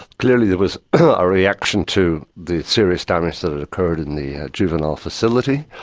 clearly there was a reaction to the serious damage that occurred in the juvenile facility.